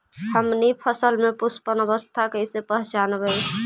हमनी फसल में पुष्पन अवस्था कईसे पहचनबई?